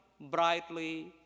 brightly